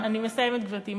אני מסיימת, גברתי.